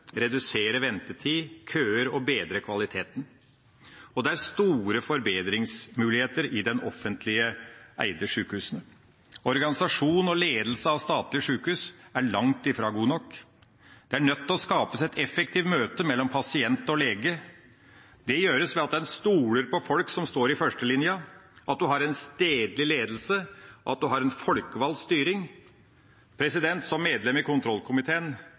redusere ventetider, køer og å bedre kvaliteten, og det er store forbedringsmuligheter i de offentlig eide sjukehusene. Organisasjon og ledelse av statlige sjukehus er langt fra god nok. Det er nødt til å skapes et effektivt møte mellom pasient og lege. Det gjøres ved at en stoler på folk som står i førstelinja, at en har en stedlig ledelse, at en har en folkevalgt styring. Som medlem i kontrollkomiteen